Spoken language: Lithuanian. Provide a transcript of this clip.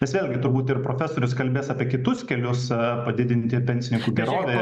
nes vėlgi turbūt ir profesorius kalbės apie kitus kelius padidinti pensininkų gerovę